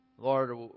Lord